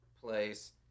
place